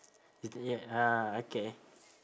ah okay